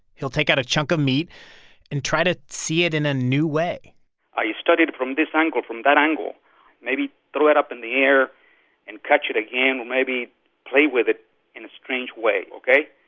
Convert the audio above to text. he'll take out a chunk of meat and try to see it in a new way i study it from this angle, from that angle maybe throw it up in the air and catch it again, maybe play with it in a strange way. ok?